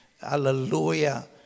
Hallelujah